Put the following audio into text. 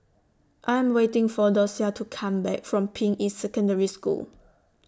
I Am waiting For Docia to Come Back from Ping Yi Secondary School